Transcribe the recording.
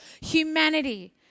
humanity